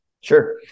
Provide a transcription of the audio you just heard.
Sure